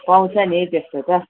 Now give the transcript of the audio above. पाउँछ नि त्यस्तो त